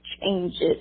changes